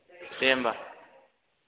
दे होमबा